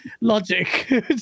logic